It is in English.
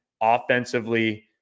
offensively